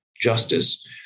justice